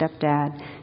stepdad